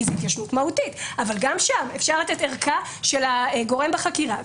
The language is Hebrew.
כי זו התיישנות מהותית ואפשר לתת ארכה של הגורם בחקירה,